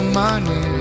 money